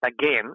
again